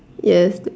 yes